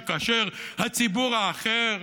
שכאשר הציבור האחר,